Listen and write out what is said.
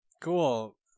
Cool